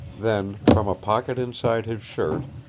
then, from a pocket inside his shirt,